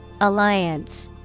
Alliance